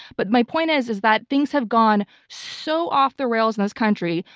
but my point is is that things have gone so off the rails in this country.